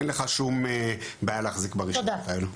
אין לך שום בעיה להחזיק ברישיונות האלו.